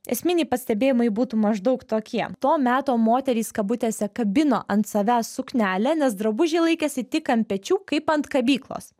esminiai pastebėjimai būtų maždaug tokie to meto moterys kabutėse kabino ant savęs suknelę nes drabužiai laikėsi tik ant pečių kaip ant kabyklos